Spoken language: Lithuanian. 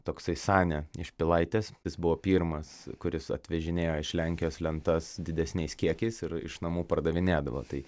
toksai sanė iš pilaitės jis buvo pirmas kuris atvežinėjo iš lenkijos lentas didesniais kiekiais ir iš namų pardavinėdavo tai